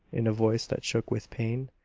in a voice that shook with pain.